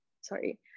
sorry